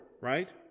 right